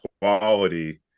quality